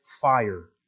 fire